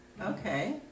Okay